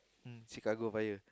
mm Chicago Fire